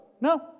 No